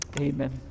amen